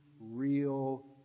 real